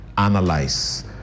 analyze